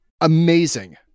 amazing